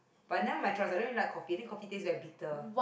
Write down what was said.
but never choice I don't drink like coffee then coffee taste like bitter